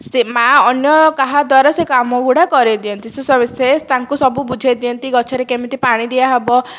ସେ ମା' ଅନ୍ୟ କାହା ଦ୍ଵାରା ସେ କାମ ଗୁଡ଼ା କରେଇଦିଅନ୍ତି ସେ ତାଙ୍କୁ ସବୁ ବୁଝେଇଦିଅନ୍ତି ଗଛରେ କେମିତି ପାଣି ଦିଆହେବ